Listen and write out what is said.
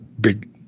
big